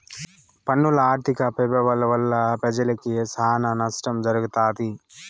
పన్నుల ఆర్థిక పెభావాల వల్ల పెజలకి సానా నష్టం జరగతాది